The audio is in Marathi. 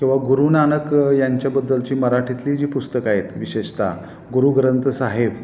किंवा गुरु नानक यांच्याबद्दलची मराठीतली जी पुस्तकं आहेत विशेषत गुरु ग्रंथसाहेब